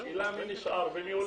השאלה מי נשאר ומי הולך.